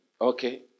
okay